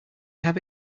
have